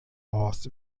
horst